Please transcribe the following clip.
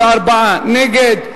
64 נגד,